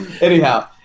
Anyhow